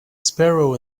sparrow